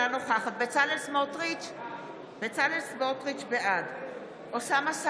אינה נוכחת בצלאל סמוטריץ' בעד אוסאמה סעדי,